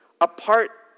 apart